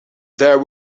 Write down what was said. there